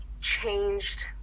changed